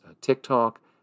TikTok